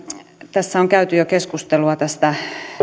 tässä on käyty jo keskustelua tästä